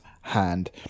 hand